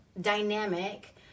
dynamic